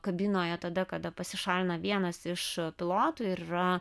kabinoje tada kada pasišalina vienas iš pilotų ir yra